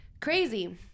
Crazy